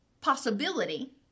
possibility